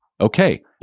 Okay